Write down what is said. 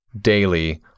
daily